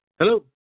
Hello